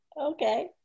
Okay